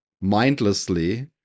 mindlessly